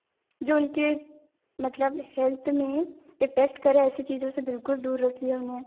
जो उनके मतलब हेल्थ में इफ़ेक्ट करे ऐसी चीज़ों से बिल्कुल दूर रखिए उन्हें